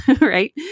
right